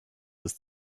ist